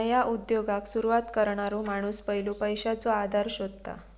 नया उद्योगाक सुरवात करणारो माणूस पयलो पैशाचो आधार शोधता